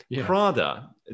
Prada